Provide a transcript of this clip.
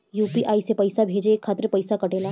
UPI से पइसा भेजने के खातिर पईसा कटेला?